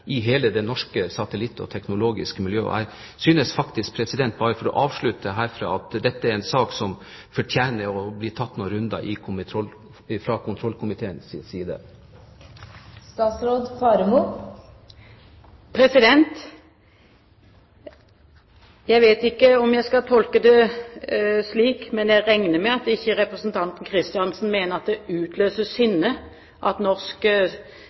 i hele det norske satellittmiljøet og det teknologiske miljøet. Jeg synes faktisk – bare for å avslutte herfra – at dette er en sak som fortjener at kontrollkomiteen her tar noen runder. Jeg vet ikke om jeg skal tolke det slik, men jeg regner med at representanten Kristiansen ikke mener at det utløser sinne at